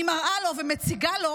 ואני מראה לו ומציגה לו